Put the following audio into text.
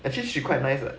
actually she quite nice lah